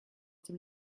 dem